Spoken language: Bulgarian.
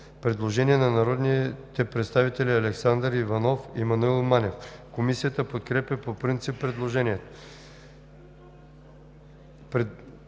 Предложение на народните представители Александър Иванов и Маноил Манев. Комисията подкрепя по принцип предложението.